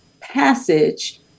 passage